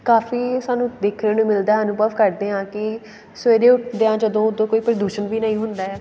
ਕਾਫ਼ੀ ਸਾਨੂੰ ਦੇਖਣੇ ਨੂੰ ਮਿਲਦਾ ਅਨੁਭਵ ਕਰਦੇ ਹਾਂ ਕਿ ਸਵੇਰੇ ਉਠਦੇ ਹਾਂ ਜਦੋਂ ਉਦੋਂ ਕੋਈ ਪ੍ਰਦੂਸ਼ਣ ਵੀ ਨਹੀਂ ਹੁੰਦਾ ਹੈ